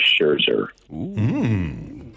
Scherzer